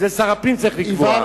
זה שר הפנים צריך לקבוע,